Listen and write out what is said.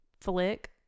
Flick